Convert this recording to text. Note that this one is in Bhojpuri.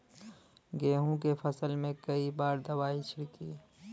गेहूँ के फसल मे कई बार दवाई छिड़की?